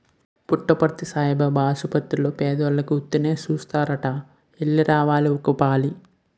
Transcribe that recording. పుట్టపర్తి సాయిబాబు ఆసపత్తిర్లో పేదోలికి ఉత్తినే సూస్తారట ఎల్లి రావాలి ఒకపాలి